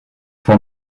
for